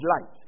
light